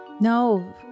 No